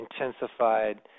intensified